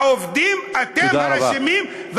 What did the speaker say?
העובדים, אתם האשמים, תודה רבה.